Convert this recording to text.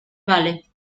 vale